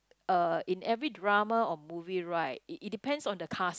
uh in every drama or movie right it it depends on the cast